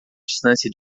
distância